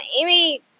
Amy